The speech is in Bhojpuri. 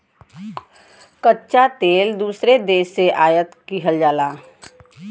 कच्चा तेल दूसरे देश से आयात किहल जाला